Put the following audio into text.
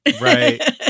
Right